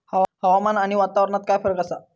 हवामान आणि वातावरणात काय फरक असा?